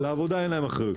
על העבודה אין להם אחריות.